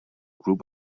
group